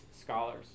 scholars